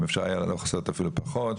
אם אפשר היה לעשות אפילו פחות,